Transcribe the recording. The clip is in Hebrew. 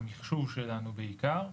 המיחשוב שלנו בעיקר.